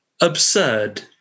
Absurd